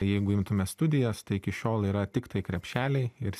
jeigu imtume studijas tai iki šiol yra tiktai krepšeliai ir